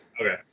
Okay